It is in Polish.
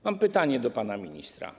Mam pytanie do pana ministra.